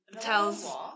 tells